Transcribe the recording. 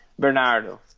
Bernardo